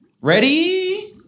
ready